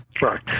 right